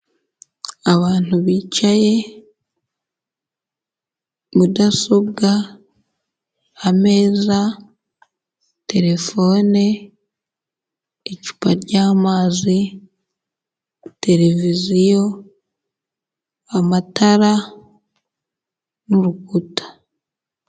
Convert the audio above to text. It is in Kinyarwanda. Abantu bicaye, mudasobwa, ameza, terefone, icupa ry'amazi, televiziyo, amatara n'urukuta.